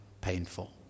painful